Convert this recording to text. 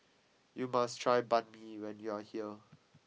you must try Banh Mi when you are here